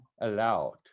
allowed